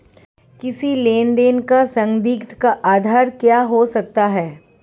किसी लेन देन का संदिग्ध का आधार क्या हो सकता है?